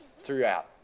throughout